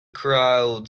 crowd